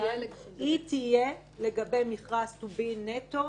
תהיה לגבי מכרז טובין נטו,